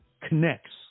connects